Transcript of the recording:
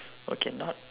okay not